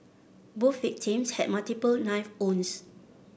both victims had multiple knife wounds